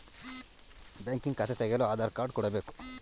banking ಖಾತೆ ತೆಗೆಯಲು Aadhaar card ಕೊಡಬೇಕು